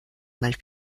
mal